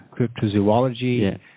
cryptozoology